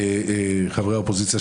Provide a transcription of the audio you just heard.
חברי האופוזיציה,